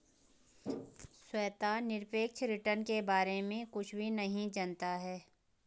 श्वेता निरपेक्ष रिटर्न के बारे में कुछ भी नहीं जनता है